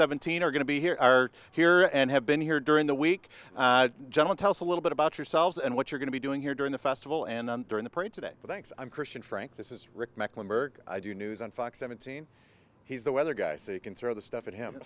seventeen are going to be here are here and have been here during the week john tell us a little bit about yourselves and what you're going to be doing here during the festival and during the parade today thanks i'm christian frank this is rick mecklenburg i do news on fox seventeen he's the weather guy so you can throw the stuff at him